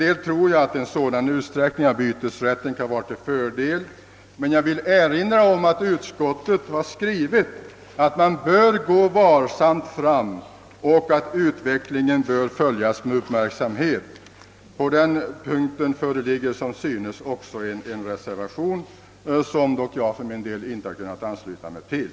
Jag tror att en sådan utsträckning av bytesrätten kan vara till fördel, men jag vill erinra om att utskottet har skrivit att man bör gå varsamt fram och att utvecklingen bör följas med uppmärksamhet. Vid den punkten har också fogats en reservation, som jag emellertid inte har kunnat ansluta mig till.